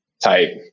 type